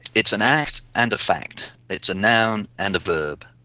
it's an act and a fact, it's a noun and a verb.